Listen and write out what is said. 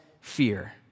fear